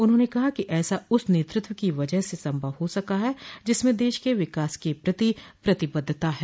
उन्होंने कहा कि ऐसा उस नेतृत्व की वजह से संभव हो सका है जिसमें देश के विकास के प्रति प्रतिबद्धता है